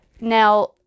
Now